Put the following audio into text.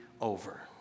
over